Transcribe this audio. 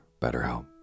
BetterHelp